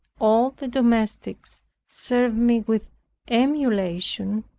all the domestics served me with emulation,